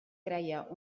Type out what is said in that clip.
creia